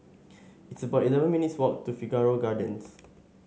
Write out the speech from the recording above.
it's about eleven minutes' walk to Figaro Gardens